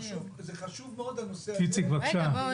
זה חשוב מאוד הנושא הזה --- חבר'ה.